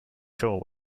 sure